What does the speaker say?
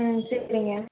ம் சரிங்க